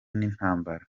n’intambara